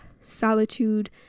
solitude